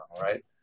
right